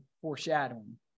foreshadowing